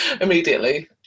immediately